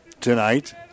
tonight